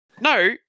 No